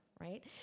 right